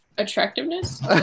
Attractiveness